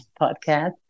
podcast